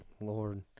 Lord